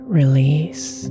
release